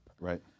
Right